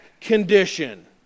condition